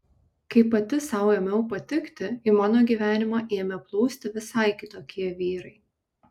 kai pati sau ėmiau patikti į mano gyvenimą ėmė plūsti visai kitokie vyrai